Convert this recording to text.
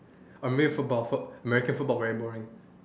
I mean football foot~ Amercian football very boring